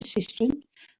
assistant